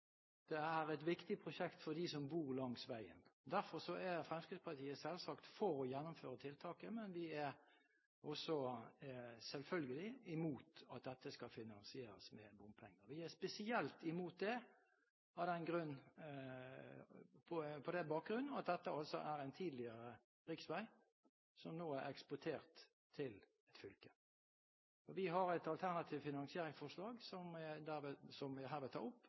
Det er et viktig prosjekt for dem som bor langs veien. Derfor er Fremskrittspartiet selvsagt for å gjennomføre tiltaket, men vi er også – selvfølgelig – imot at dette skal finansieres med bompenger. Vi er spesielt imot det på bakgrunn av at dette altså er en tidligere riksvei, som nå er eksportert til fylket. Vi har et alternativt finansieringsforslag, som jeg herved tar opp, og som